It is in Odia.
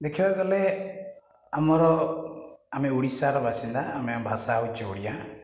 ଦେଖିବାକୁ ଗଲେ ଆମର ଆମେ ଓଡ଼ିଶାର ବାସିନ୍ଦା ଆମ ଭାଷା ହେଉଛି ଓଡ଼ିଆ